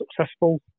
successful